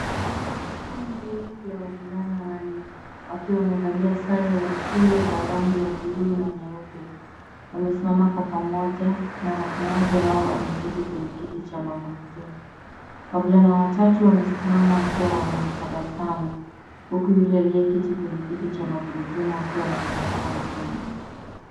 Kundi la wavulana wanne, wakiwa wamevalia sare za shule za rangi ya bluu na nyeupe. Wamesimama kwa pamoja na mmoja wao ameketi kwenye kiti cha magurudumu. Wavulana watatu wamesimama wakiwa wana tabasamu huku yule aliyeketi kwenye kiti cha magurudumu akiwa na tabasamu pana.